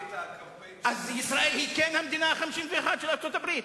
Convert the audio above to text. אז ישראל היא כן המדינה ה-51 של ארצות-הברית?